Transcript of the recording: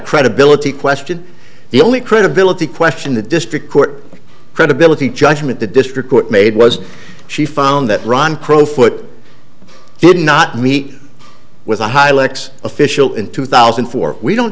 credibility question the only credibility question the district court credibility judgment the district court made was she found that ron crowfoot did not meet with a high looks official in two thousand and four we don't